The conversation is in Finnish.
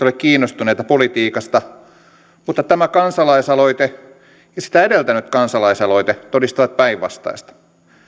ole kiinnostuneita politiikasta mutta tämä kansalaisaloite ja sitä edeltänyt kansalaisaloite todistavat päinvastaista